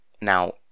Now